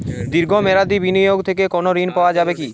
দীর্ঘ মেয়াদি বিনিয়োগ থেকে কোনো ঋন পাওয়া যাবে কী?